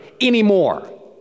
anymore